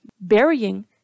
burying